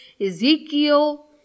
Ezekiel